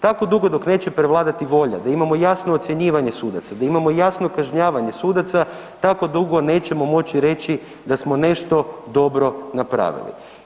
Tako dugo dok neće prevladati volja da imamo jasno ocjenjivanje sudaca, da imamo jasno kažnjavanja sudaca, tako dugo nećemo moći reći da smo nešto dobro napravili.